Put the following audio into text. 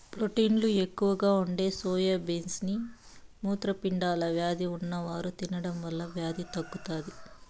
ప్రోటీన్లు ఎక్కువగా ఉండే సోయా బీన్స్ ని మూత్రపిండాల వ్యాధి ఉన్నవారు తినడం వల్ల వ్యాధి తగ్గుతాది